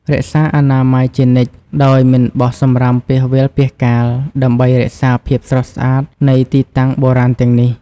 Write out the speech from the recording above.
រក្សាអនាម័យជានិច្ច ដោយមិនបោះសំរាមពាសវាលពាសកាល ដើម្បីរក្សាភាពស្រស់ស្អាតនៃទីតាំងបុរាណទាំងនេះ។